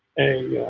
a